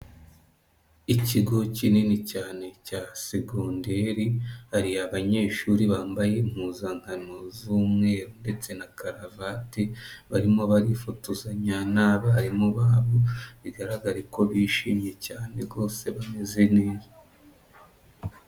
Ikigo kinini cyane cya segonderi hari abanyeshuri bambaye impuzankano z'umweru ndetse na karavate barimo barifotozanya n'abarimu babo bigaragare ko bishimye cyane rwose bameze neza.